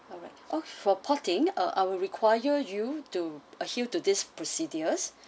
alright oh for porting ah I will require you to adhere to this procedures